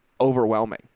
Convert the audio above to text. overwhelming